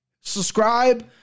Subscribe